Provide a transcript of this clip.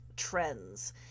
trends